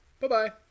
Bye-bye